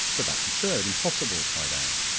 but that's absurd, impossible, cried anne.